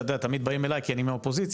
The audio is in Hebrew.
תמיד באים אליי כי אני מהאופוזיציה,